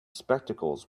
spectacles